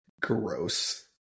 Gross